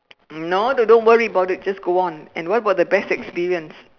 no do don't worry about it just go on and what about the best experience